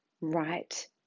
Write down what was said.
Right